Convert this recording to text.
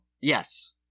Yes